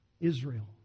Israel